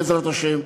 בעזרת השם,